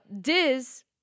Diz